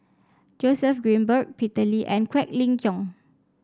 Joseph Grimberg Peter Lee and Quek Ling Kiong